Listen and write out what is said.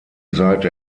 seite